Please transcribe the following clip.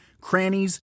crannies